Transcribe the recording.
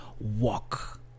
walk